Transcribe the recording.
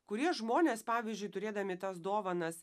kurie žmonės pavyzdžiui turėdami tas dovanas